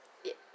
ya